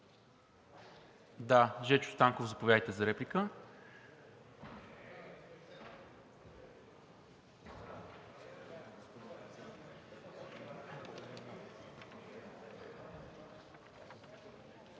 Да, Жечо Станков – заповядайте за реплика.